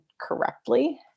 correctly